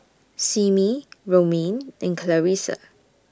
Simmie Romaine and Clarissa